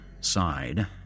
sighed